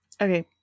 Okay